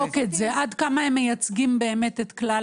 עד כמה הם מייצגים באמת את כלל